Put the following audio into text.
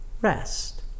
rest